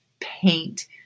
paint